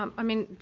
um i mean,